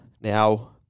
Now